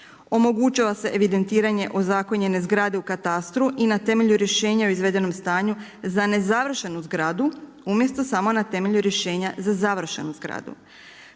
Omogućava se evidentiranje ozakonjene zgrade u katastru, i na temelju rješenja o izvedenom stanju za nezavršenu zgradu umjesto samo na temelju rješenja za završenu zgradu.